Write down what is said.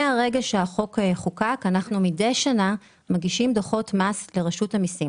מהרגע שהחוק חוקק אנחנו מידי שנה מגישים דוחות מס לרשות המסים